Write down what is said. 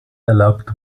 erlaubt